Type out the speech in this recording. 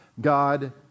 God